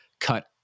cut